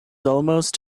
almost